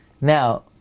Now